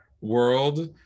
world